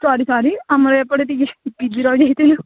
ସରି sorry ଆମର ଏପଟେ ଟିକିଏ ବିଜି ରହିଯାଇଥିଲୁ